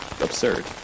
absurd